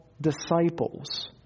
Disciples